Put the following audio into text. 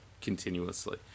continuously